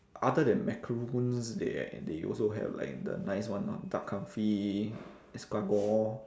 other than macaroons they they also have like the nice one lah duck confit escargot